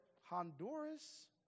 Honduras